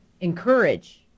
encourage